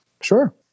Sure